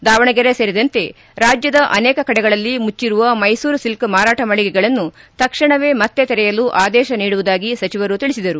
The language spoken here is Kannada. ದಾವಣಗೆರೆ ಸೇರಿದಂತೆ ರಾಜ್ಯದ ಅನೇಕ ಕಡೆಗಳಲ್ಲಿ ಮುಚ್ಚಿರುವ ಮೈಸೂರು ಸಿಲ್ಕ್ ಮಾರಾಟ ಮಳಿಗೆಗಳನ್ನು ತಕ್ಷಣವೆ ಮತ್ತೆ ತೆರೆಯಲು ಆದೇಶ ನೀಡುವುದಾಗಿ ಸಚಿವರು ತಿಳಿಸಿದರು